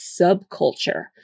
subculture